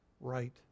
right